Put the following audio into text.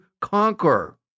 conquer